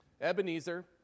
Ebenezer